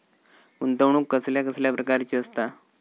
गुंतवणूक कसल्या कसल्या प्रकाराची असता?